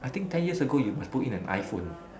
I think ten years ago you must put in an iPhone